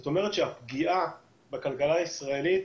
זאת אומרת שהפגיעה בכלכלה הישראלית